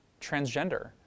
transgender